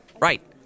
right